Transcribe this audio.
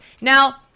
Now